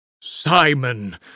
Simon